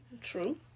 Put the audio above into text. True